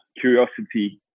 curiosity